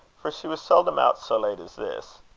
for she was seldom out so late as this.